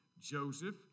Joseph